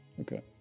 okay